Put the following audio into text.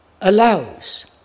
allows